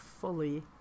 fully